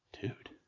Dude